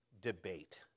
debate